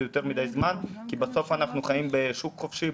זה יותר מדי זמן כי בסוף אנחנו חיים בשוק חופשי,